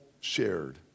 shared